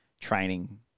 training